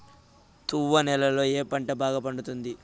తువ్వ నేలలో ఏ పంట బాగా పండుతుంది?